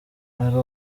ari